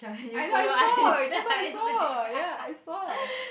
I know I saw that's why I saw ya I saw